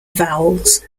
vowels